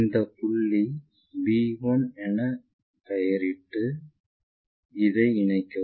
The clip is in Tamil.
இந்தப் புள்ளி b1 என பெயரிட்டு இதை இணைக்கவும்